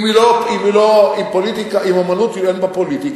אם אמנות אין בה פוליטיקה,